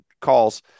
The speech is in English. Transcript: calls